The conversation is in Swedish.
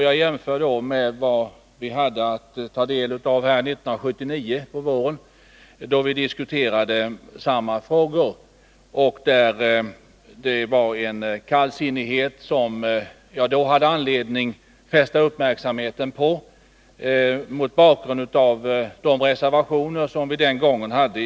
Jag jämför då med det vi hade att ta del av på våren 1979, när vi diskuterade samma frågor. Då fanns en kallsinnighet som jag hade anledning fästa uppmärksamheten på mot bakgrund av de reservationer som centerpartiet den gången avgivit.